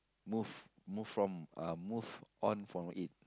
move move from uh move on from it